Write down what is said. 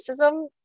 racism